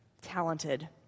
talented